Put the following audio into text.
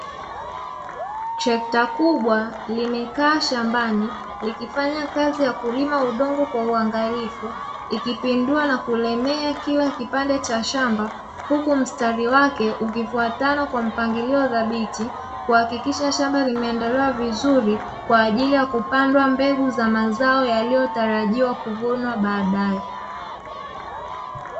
Trekta kubwa limekaa shambani likifanya kazi ya kulima udongo kwa uangalifu, ikipundua na kulemea kila kipande cha shamba, huku msitari wake ukifuatana kwa mpangilio dhabiti, kuhakikisha shamba limeandaliwa vizuri kwaajili ya kupandwa mbegu za mazao yaliyotarajiwa kuvunwa baadaye.